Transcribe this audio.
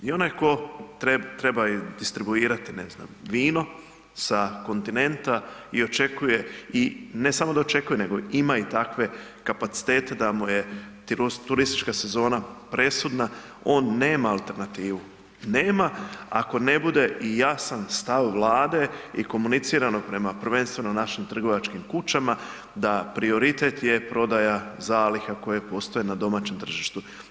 I onaj ko trebaju distribuirati, ne znam, vino sa kontinenta i očekuje i ne samo da očekuje nego ima i takve kapacitete da mu je turistička sezona presudna, on nema alternativu, nema ako ne bude i jasan stav Vlade i komuniciranog prema prvenstveno našim trgovačkim kućama da prioritet je prodaja zaliha koje postoje na domaćem tržištu.